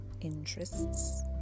interests